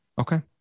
Okay